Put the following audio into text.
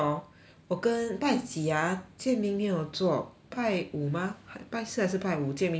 我跟拜几 ah jian ming 没有做拜五吗拜四还是拜五 jian ming 没有做